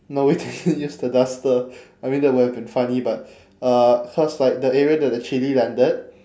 no we didn't use the duster I mean that would have been funny but uh cause like the area that the chilli landed